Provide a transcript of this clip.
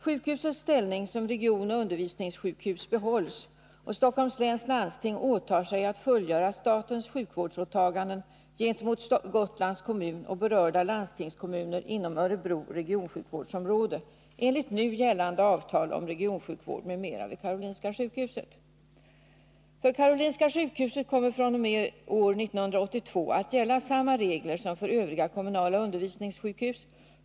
Sjukhusets ställning som regionoch undervisningssjukhus behålls, och SLL åtar sig att fullgöra statens sjukvårdsåtaganden gentemot Gotlands kommun och berörda landstingskommuner inom Örebro regionsjukvårdsområde enligt nu gällande avtal om regionsjukvård m.m. vid KS. För KS kommer fr.o.m. år 1982 att gälla samma regler som för övriga kommunala undervisningssjukhus.